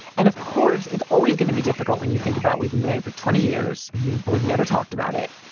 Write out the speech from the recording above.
and of course, it's always gonna be difficult when you think about we've been married for twenty years and we've never talked about it.